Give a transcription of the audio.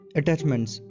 attachments